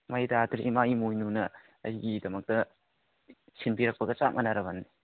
ꯃꯩ ꯇꯥꯗ꯭ꯔꯤ ꯏꯃꯥ ꯏꯃꯣꯏꯅꯨꯅ ꯑꯩꯒꯤꯗꯃꯛꯇ ꯁꯤꯟꯕꯤꯔꯛꯄꯒ ꯆꯞ ꯃꯥꯟꯅꯔꯕꯅꯤ